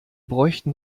bräuchten